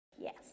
Yes